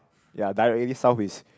ya directly south is